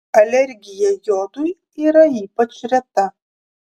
alergija jodui yra ypač reta